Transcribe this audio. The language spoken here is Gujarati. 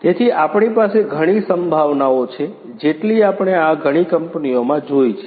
તેથી આપણી પાસે ઘણી સંભાવનાઓ છે જેટલી આપણે આ ઘણી કંપનીઓમાં જોઇ છે